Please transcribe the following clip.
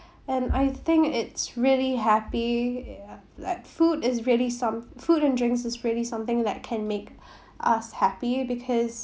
and I think it's really happy like food is really some food and drinks is really something that can make us happy because